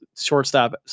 shortstop